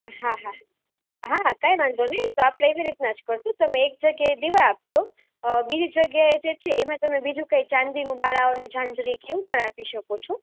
હા હા હા કંઈ વાંધો નહીં તો આપણે એવી રીત ના જ કરશું તમે એક જગ્યાએ દીવા આપજો બીજી જગ્યાએ જે છે એમાં તમે બીજું કંઈ ચાંદીનું બાળાઓને જાંજરી કે એવું પણ આપી શકો છો